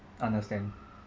understand